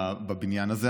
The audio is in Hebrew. בבניין הזה,